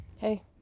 Hey